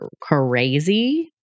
crazy